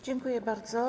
Dziękuję bardzo.